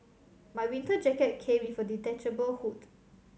my winter jacket came with a detachable hood